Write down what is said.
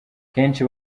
kenshi